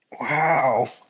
Wow